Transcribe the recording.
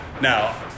Now